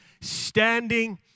Standing